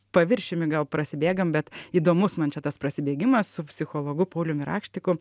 paviršiumi gal prasibėgam bet įdomus man čia tas prasibėgimas su psichologu pauliumi raštišku